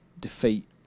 defeat